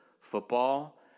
football